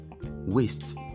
waste